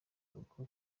kubwo